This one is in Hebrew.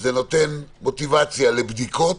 זה נותן מוטיבציה לבדיקות.